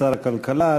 שר הכלכלה,